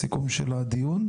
הסיכום של הדיון.